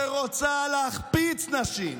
שרוצה להחפיץ נשים.